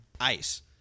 ice